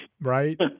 Right